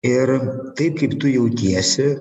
ir taip kaip tu jautiesi